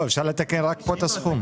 לא, אפשר לתקן רק פה את הסכום.